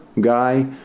guy